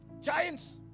giants